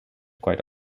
quite